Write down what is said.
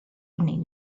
evening